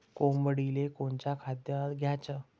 कोंबडीले कोनच खाद्य द्याच?